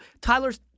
Tyler's